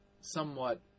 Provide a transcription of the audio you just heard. somewhat